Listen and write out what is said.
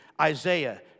Isaiah